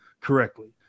correctly